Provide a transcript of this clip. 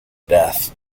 death